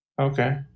Okay